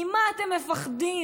ממה אתם מפחדים?